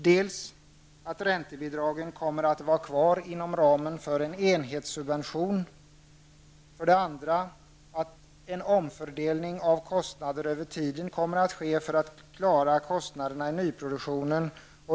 Den första är att räntebidragen kommer att vara kvar inom ramen för en enhetssubvention. Den andra är att en omfördelning av kostnader över tiden kommer att ske för att klara kostnaderna i nyproduktionen.